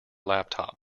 laptop